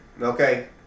Okay